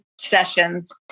sessions